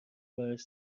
براش